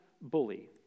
bully